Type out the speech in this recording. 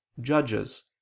judges